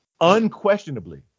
Unquestionably